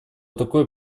такой